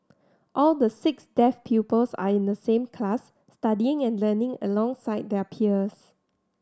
all the six deaf pupils are in the same class studying and learning alongside their peers